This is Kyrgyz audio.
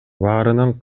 баарынан